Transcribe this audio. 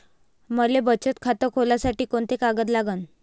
मले बचत खातं खोलासाठी कोंते कागद लागन?